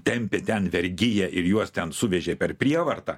tempė ten vergiją ir juos ten suvežė per prievartą